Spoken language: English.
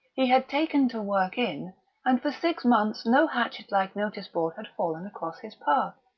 he had taken to work in and for six months no hatchet-like notice-board had fallen across his path.